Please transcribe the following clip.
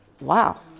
wow